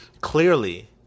clearly